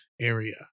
area